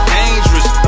dangerous